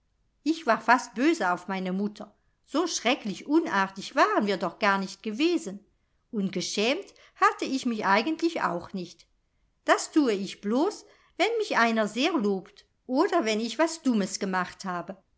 ich war fast böse auf meine mutter so schrecklich unartig waren wir doch garnicht gewesen und geschämt hatte ich mich eigentlich auch nicht das tue ich blos wenn mich einer sehr lobt oder wenn ich was dummes gemacht habe